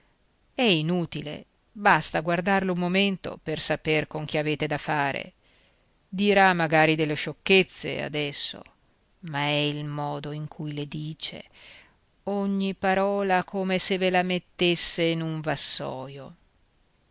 è inutile basta guardarlo un momento per saper con chi avete da fare dirà magari delle sciocchezze adesso ma è il modo in cui le dice ogni parola come se ve la mettesse in un vassoio